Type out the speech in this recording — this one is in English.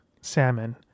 salmon